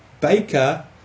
baker